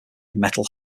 metal